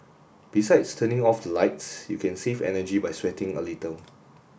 besides turning off the lights you can save energy by sweating a little